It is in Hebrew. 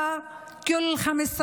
אחת לחמש שנים.